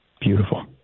Beautiful